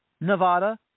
Nevada